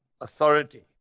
authority